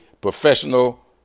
professional